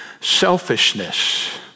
selfishness